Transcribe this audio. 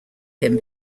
him